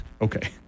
Okay